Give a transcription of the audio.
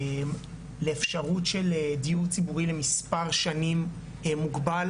לאפשרות של דיור ציבורי למס' שנים מוגבל,